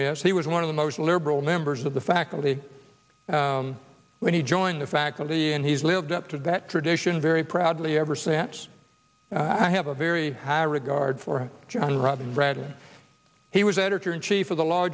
b s he was one of the most liberal members of the faculty when he joined the faculty and he's lived up to that tradition very proudly ever since i have a very high regard for john roberts read he was editor in chief of the law